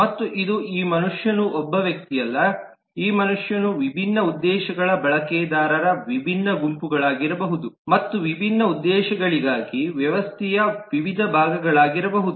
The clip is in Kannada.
ಮತ್ತು ಇದು ಈ ಮನುಷ್ಯನು ಒಬ್ಬ ವ್ಯಕ್ತಿಯಲ್ಲ ಈ ಮನುಷ್ಯನು ವಿಭಿನ್ನ ಉದ್ದೇಶಗಳ ಬಳಕೆದಾರರ ವಿಭಿನ್ನ ಗುಂಪುಗಳಾಗಿರಬಹುದು ಮತ್ತು ವಿಭಿನ್ನ ಉದ್ದೇಶಗಳಿಗಾಗಿ ವ್ಯವಸ್ಥೆಯ ವಿವಿಧ ಭಾಗಗಳಾಗಿರಬಹುದು